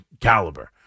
caliber